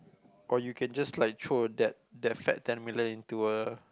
or you can just like throw a that that fat ten million into a